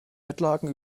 bettlaken